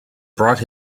brought